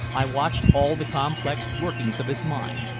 i watched all the complex workings of his mind,